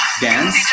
dance